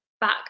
back